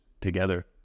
together